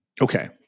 Okay